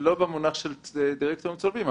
לא במונח של דירקטורים צולבים.